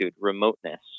remoteness